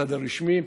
הצד הרשמי.